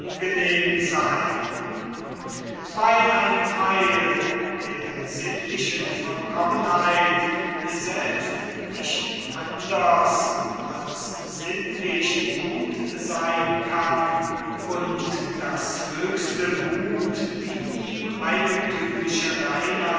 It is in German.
angenehm sei weil ein theil der sittlichen vollkommenheit selbst nicht anders als sittlich gut sein kann und höchste gut die ihm eigenthümliche reinheit